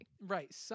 Right